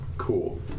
Cool